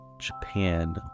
Japan